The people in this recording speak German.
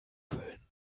köln